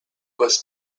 was